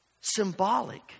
symbolic